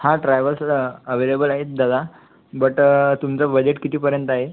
हा travels available आहेत दादा बट तुमचं बजेट कितीपर्यंत आहे